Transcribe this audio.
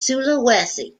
sulawesi